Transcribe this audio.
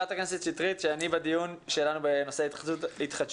מהפרוצדורות של פתיחת שנה וגם להתעסק